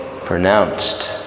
pronounced